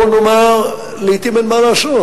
או נאמר: לעתים אין מה לעשות.